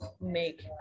make